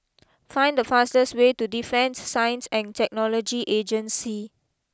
find the fastest way to Defence Science and Technology Agency